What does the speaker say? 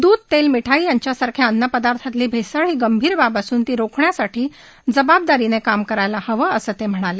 दूध तेल मिठाई यासारख्या अन्न पदार्थांतली भैसळ ही गंभीर बाब असून ती रोखण्यासाठी जबाबदारीनं काम करायला हवं असं ते म्हणाले